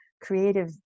creative